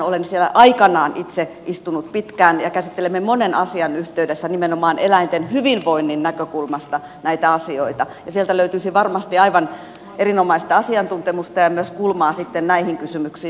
olen siellä aikanaan itse istunut pitkään ja käsittelemme monen asian yhteydessä nimenomaan eläinten hyvinvoinnin näkökulmasta näitä asioita ja sieltä löytyisi varmasti aivan erinomaista asiantuntemusta ja myös kulmaa näihin kysymyksiin